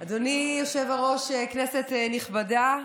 אדוני היושב-ראש, כנסת נכבדה,